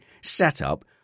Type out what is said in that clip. setup